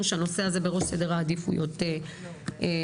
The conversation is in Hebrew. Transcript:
שהנושא הזה בראש סדר העדיפויות שלכם.